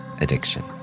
addiction